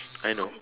I know